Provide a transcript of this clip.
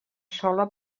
sola